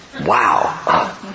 wow